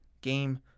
game